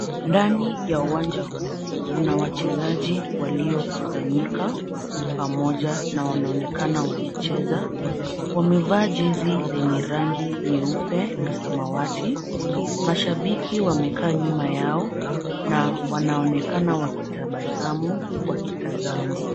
Ndani ya uwanja huu, kuna wachezaji waliokusanyika pamoja na wanaonekana wakicheza. Wamevaa jezi lenye rangi nyeupe na samawati. Mashabiki wamekaa nyuma yao na wanaonekana wakitabasamu wakitazama.